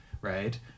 right